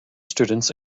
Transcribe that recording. students